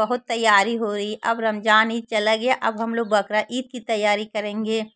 बहुत तैयारी होई अब रमज़ान ईद चली गई हम लोग बकरा ईद कि तैयारी करेंगे